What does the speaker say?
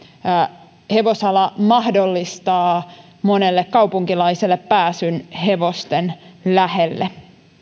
hevosala mahdollistaa monelle kaupunkilaiselle pääsyn hevosten lähelle